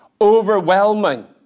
overwhelming